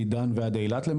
מדן ועד אילת.